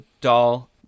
doll